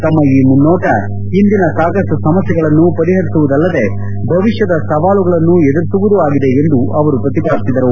ತಮ್ಮ ಈ ಮುನ್ನೋಟ ಹಿಂದಿನ ಸಾಕಷ್ಟು ಸಮಸ್ಥೆಗಳನ್ನು ಪರಿಹರಿಸುವುದಲ್ಲದೆ ಭವಿಷ್ಣದ ಸವಾಲುಗಳನ್ನು ಎದುರಿಸುವುದೂ ಆಗಿದೆ ಎಂದು ಅವರು ಪ್ರತಿಪಾದಿಸಿದರು